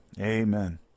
Amen